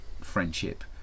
friendship